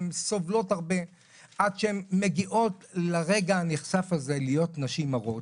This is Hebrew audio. הן סובלות הרבה עד שהן מגיעות לרגע הנכסף הזה להיות נשים הרות.